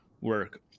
work